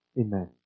Amen